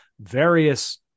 various